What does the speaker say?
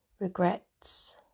Regrets